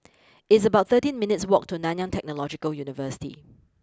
it's about thirteen minutes' walk to Nanyang Technological University